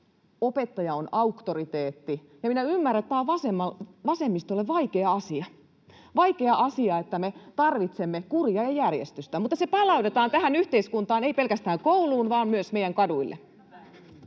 opettaja on auktoriteetti. Minä ymmärrän, että tämä on vasemmistolle vaikea asia, että me tarvitsemme kuria ja järjestystä, mutta se palautetaan tähän yhteiskuntaan, eikä pelkästään kouluun vaan myös meidän kaduille.